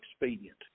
expedient